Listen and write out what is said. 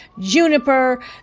juniper